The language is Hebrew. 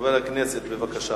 חבר הכנסת, בבקשה.